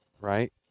right